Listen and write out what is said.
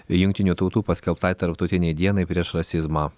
jungtinių tautų paskelbtai tarptautinei dienai prieš rasizmą